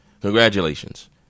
Congratulations